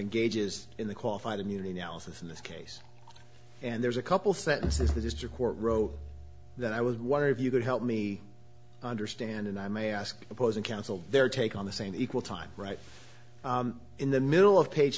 engages in the qualified immunity analysis in this case and there's a couple sentences the district court wrote that i would wonder if you could help me understand and i may ask opposing counsel their take on the same equal time right in the middle of page